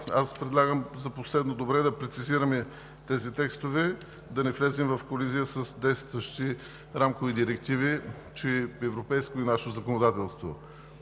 предлагам за последно добре да прецизираме тези текстове, за да не влезе в колизия с действащите рамкови директиви на европейското и нашето законодателство.